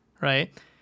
right